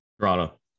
Toronto